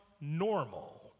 normal